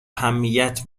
اهمیت